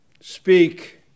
speak